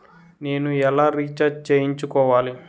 నేను ఎలా రీఛార్జ్ చేయించుకోవాలి?